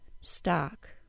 stock